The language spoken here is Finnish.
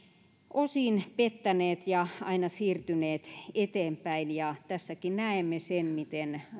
osin pettäneet ja aina siirtyneet eteenpäin tässäkin näemme miten